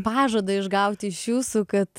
pažadą išgauti iš jūsų kad